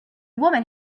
woman